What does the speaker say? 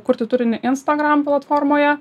kurti turinį instagram platformoje